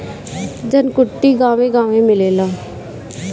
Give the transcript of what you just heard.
धनकुट्टी गांवे गांवे मिलेला